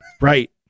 Right